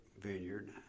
vineyard